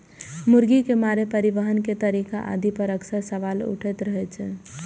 मुर्गी के मारै, परिवहन के तरीका आदि पर अक्सर सवाल उठैत रहै छै